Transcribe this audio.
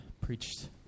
preached